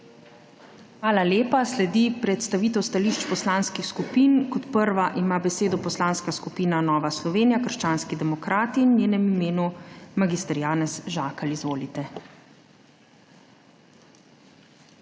Hvala lepa. Sledi predstavitev stališč poslanskih skupin. Prva ima besedo Poslanska skupina Nova Slovenija – krščanski demokrati in v njenem imenu mag. Janez Žakelj. Izvolite.